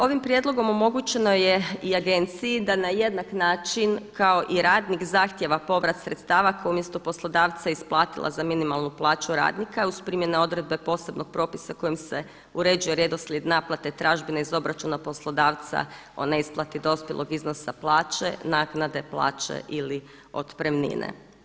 Ovim prijedlogom omogućeno je i agenciji da na jednak način kao i radnik zahtjeva povrat sredstva koji umjesto poslodavca isplatila za minimalnu plaću radnika uz primjene odredbe posebnog propisa kojim se uređuje redoslijed naplate tražbine iz obračuna poslodavca o neisplati dospjelog iznosa plaće, naknade plaće ili otpremnine.